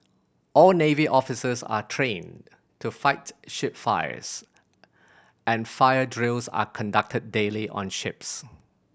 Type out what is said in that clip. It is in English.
all navy officers are trained to fight ship fires and fire drills are conducted daily on ships